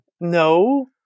No